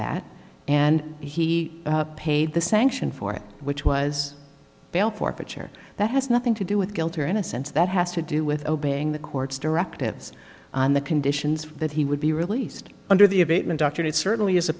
that and he paid the sanction for it which was a chair that has nothing to do with guilt or innocence that has to do with obeying the court's directives on the conditions that he would be released under the abatement doctored it certainly is a